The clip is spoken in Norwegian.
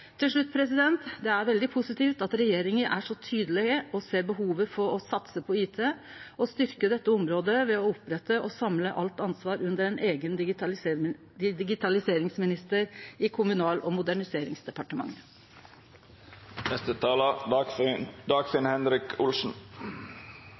Til slutt: Det er veldig positivt at regjeringa så tydeleg ser behovet for å satse på IT, og at ho styrkjer dette området ved å opprette og samle alt ansvar under ein eigen digitaliseringsminister i Kommunal- og moderniseringsdepartementet.